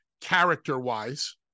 character-wise